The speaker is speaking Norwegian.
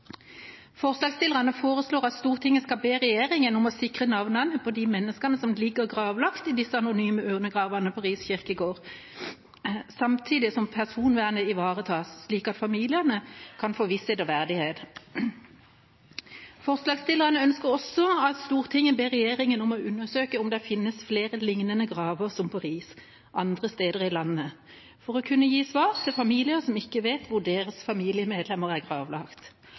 Forslagsstillerne foreslår at Stortinget skal be regjeringen om å sikre navnene på de menneskene som ligger gravlagt i disse anonyme urnegravene på Ris kirkegård, samtidig som personvernet ivaretas slik at familiene kan få visshet og verdighet. Forslagsstillerne ønsker også at Stortinget ber regjeringen om å undersøke om det finnes flere lignende graver som på Ris andre steder i landet – for å kunne gi svar til familier som ikke vet hvor deres familiemedlemmer er gravlagt.